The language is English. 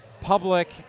public